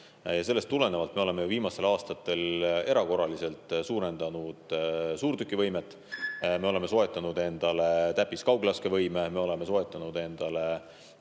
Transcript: Sellest tulenevalt oleme viimastel aastatel erakorraliselt suurendanud suurtükivõimet, me oleme soetanud endale täppiskauglaskevõime, me oleme soetanud endale